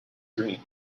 dream